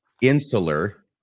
Insular